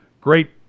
Great